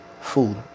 food